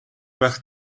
байх